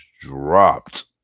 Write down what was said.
dropped